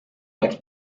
oleks